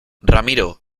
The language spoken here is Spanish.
ramiro